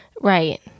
Right